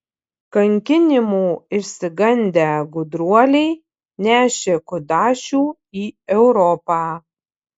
kankinimų išsigandę gudruoliai nešė kudašių į europą